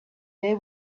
they